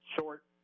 short